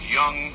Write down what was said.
young